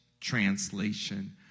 translation